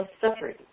suffering